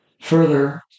Further